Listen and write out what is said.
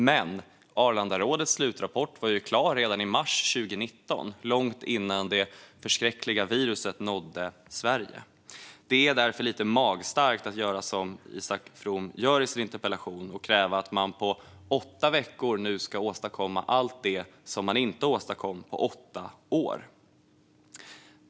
Men Arlandarådets slutrapport var klar redan i mars 2019, långt innan det förskräckliga viruset nådde Sverige. Det är därför lite magstarkt att som Isak From gör i sin interpellation kräva att man på åtta veckor nu ska åstadkomma allt det som inte åstadkoms på åtta år.